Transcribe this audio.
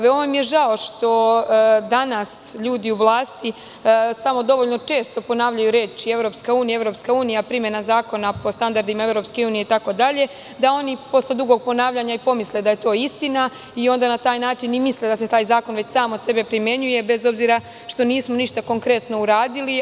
Veoma mi je žao što danas ljudi na vlasti često ponavljaju reči – EU, EU, primena zakona po standardima EU itd, da oni posle dugog ponavljanja i pomisle da je to istina i na taj način misle da se taj zakon već sam od sebe primenjuje, bez obzira što ništa konkretno nismo uradili.